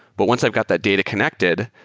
but once i've got that data connected,